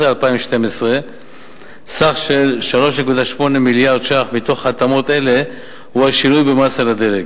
2012. סך 3.8 מיליארד ש"ח מתוך התאמות אלה הם השינוי במס על הדלק.